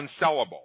unsellable